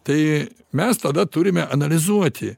tai mes tada turime analizuoti